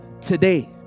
today